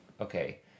okay